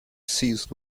seized